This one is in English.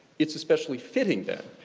it's especially fitting, then,